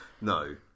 No